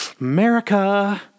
America